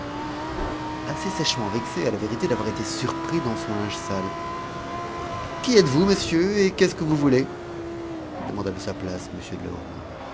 assez sèchement vexé à la vérité d'avoir été surpris lavant son linge sale qui êtes-vous monsieur et qu'est-ce que vous voulez demanda de sa place